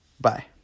bye